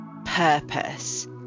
purpose